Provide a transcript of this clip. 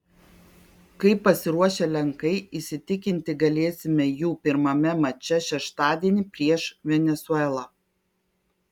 kaip pasiruošę lenkai įsitikinti galėsime jų pirmame mače šeštadienį prieš venesuelą